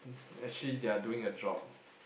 actually they are doing a job